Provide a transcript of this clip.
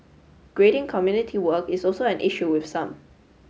grading community work is also an issue with some